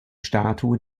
statue